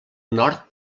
nord